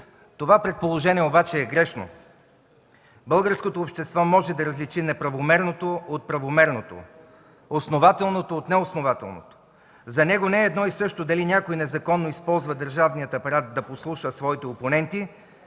Това предположение обаче е грешно. Българското общество може да различи неправомерното от правомерното, основателното от неоснователното, за него не е едно и също дали някой незаконно използва държавния апарат, за да подслушва своите опоненти,